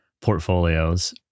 portfolios